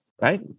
right